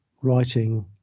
writing